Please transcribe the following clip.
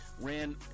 ran